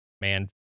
man